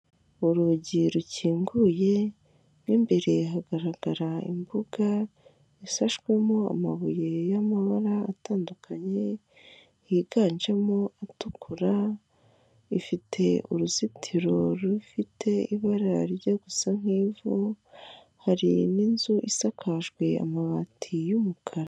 Urubuga rwo kuri murandasi rutangirwaho amakuru y'akazi ya leta, birerekana uburyo wakinjira ukoresheje imayili yawe ndetse na nimero ya telefone yawe ndetse ukaza no gukoresha ijambo banga.